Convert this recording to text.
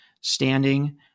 standing